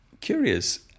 curious